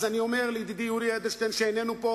אז אני אומר לידידי יולי אדלשטיין שאיננו פה,